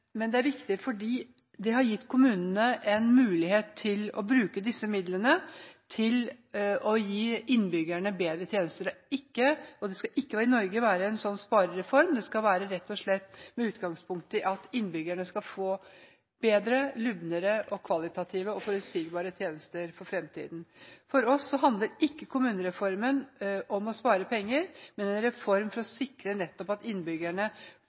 det har gitt kommunene en mulighet til å bruke disse midlene til å gi innbyggerne bedre tjenester. I Norge skal det ikke være en sånn sparereform, det skal rett og slett være med utgangspunkt i at innbyggerne skal få kvalitativt bedre, robuste og forutsigbare tjenester for fremtiden. For oss handler ikke kommunereformen om å spare penger, men nettopp om å sikre at innbyggerne